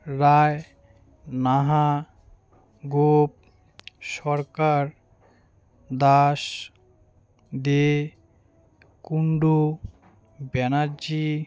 Roy Naha Gope Sarkar Das Dey Kundu Banerjee